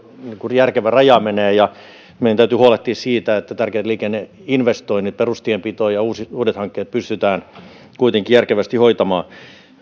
järkevä raja menee ja meidän täytyy huolehtia siitä että tärkeät liikenneinvestoinnit perustienpito ja uudet hankkeet pystytään kuitenkin järkevästi hoitamaan